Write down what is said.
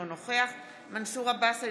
אינו נוכח מנסור עבאס,